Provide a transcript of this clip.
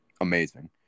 amazing